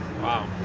Wow